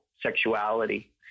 sexuality